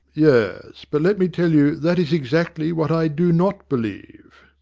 yes but, let me tell you, that is exactly what i do not believe.